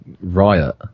riot